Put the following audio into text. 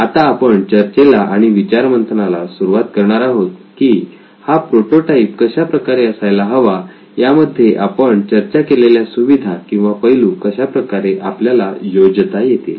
आता आपण चर्चेला आणि विचारमंथन ला सुरुवात करणार आहोत की हा प्रोटोटाईप कशा प्रकारचा असायला हवा यामध्ये आपण चर्चा केलेल्या सुविधा किंवा पैलू कशाप्रकारे आपल्याला योजता येतील